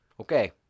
okay